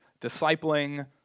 discipling